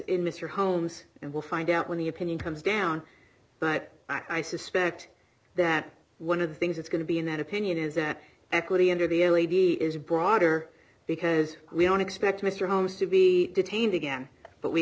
mr holmes and we'll find out when the opinion comes down but i suspect that one of the things that's going to be in that opinion is that equity into the a lady is broader because we don't expect mr holmes to be detained again but we